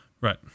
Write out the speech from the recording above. right